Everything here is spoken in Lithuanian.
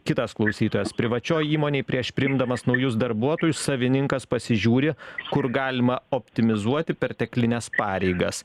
kitas klausytojas privačioj įmonėj prieš priimdamas naujus darbuotojus savininkas pasižiūri kur galima optimizuoti perteklines pareigas